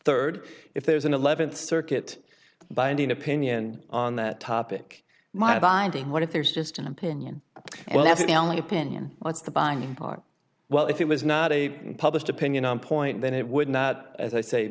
third if there is an eleventh circuit binding opinion on the topic my binding what if there's just an opinion and that's the only opinion what's the binding part well if it was not a published opinion on point then it would not as i say